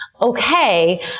okay